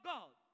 God